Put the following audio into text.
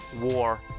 war